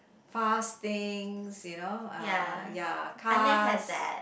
fast things you know uh ya cars